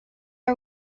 are